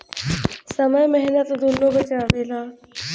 समय मेहनत दुन्नो बचावेला